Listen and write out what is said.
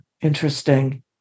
interesting